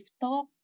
talk